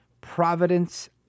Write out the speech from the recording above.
providence